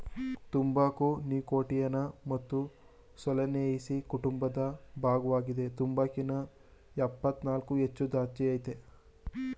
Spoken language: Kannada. ತಂಬಾಕು ನೀಕೋಟಿಯಾನಾ ಮತ್ತು ಸೊಲನೇಸಿಯಿ ಕುಟುಂಬದ ಭಾಗ್ವಾಗಿದೆ ತಂಬಾಕಿನ ಯಪ್ಪತ್ತಕ್ಕೂ ಹೆಚ್ಚು ಜಾತಿಅಯ್ತೆ